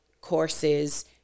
courses